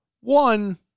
One